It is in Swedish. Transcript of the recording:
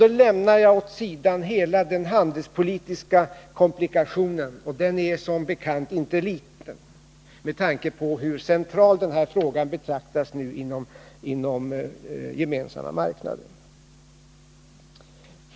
Då lämnar jag åt sidan hela den handelspolitiska komplikationen, och den är som bekant inte liten, med tanke på hur central den här frågan betraktas som inom den gemensamma marknaden.